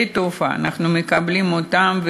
אנחנו מקבלים אותם בשדה התעופה,